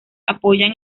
apoyan